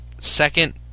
Second